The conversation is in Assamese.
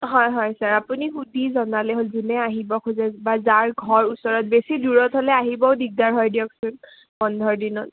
হয় হয় ছাৰ আপুনি সুধি জনালেই হ'ল যোনে আহিব খোজাে বা যাৰ ঘৰ ওচৰত বেছি দূৰত হ'লে আহিবও দিগদাৰ হয় দিয়কচোন বন্ধৰ দিনত